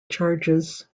charges